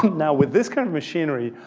now, with this kind of machinery,